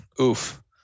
Oof